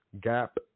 gap